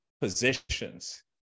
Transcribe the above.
positions